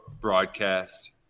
broadcast